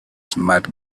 smart